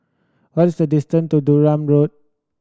what is the distant to Durham Road